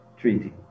treaty